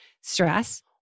stress